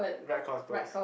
right claw is close